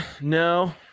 no